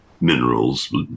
minerals